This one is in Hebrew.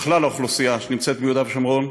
לכלל האוכלוסייה שנמצאת ביהודה ושומרון,